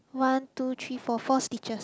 one two three four four stitches